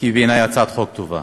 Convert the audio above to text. כי היא בעיני הצעת חוק טובה